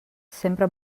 sempre